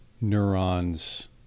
neurons